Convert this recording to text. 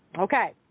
Okay